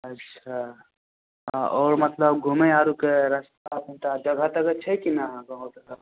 अच्छा आ आओर मतलब घुमैआरुके रस्ता कनिटा जगह तगह छै कि ने अहाँके होटल लग